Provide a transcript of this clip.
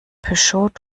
peugeot